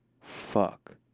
Fuck